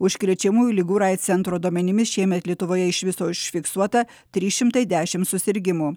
užkrečiamųjų ligų ir aids centro duomenimis šiemet lietuvoje iš viso užfiksuota trys šimtai dešim susirgimų